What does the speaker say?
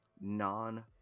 non